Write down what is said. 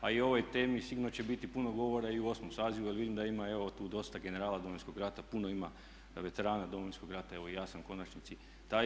A i o ovoj temi sigurno će biti puno govora i u osmom sazivu jer vidim da ima evo tu dosta generala Domovinskog rata, puno ima veterana domovinskog rata, evo i ja sam u konačnici taj.